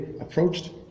approached